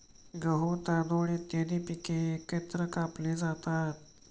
गहू, तांदूळ इत्यादी पिके एकत्र कापली जातात